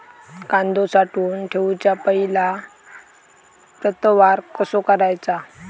कांदो साठवून ठेवुच्या पहिला प्रतवार कसो करायचा?